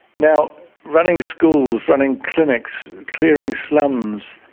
now, running schools, running clinics, clearing slums,